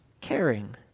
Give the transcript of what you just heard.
caring